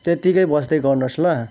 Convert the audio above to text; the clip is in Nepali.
त्यत्तिकै बस्दै गर्नुहोस् ल